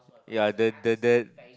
ya that that that